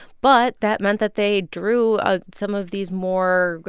but that meant that they drew ah some of these more,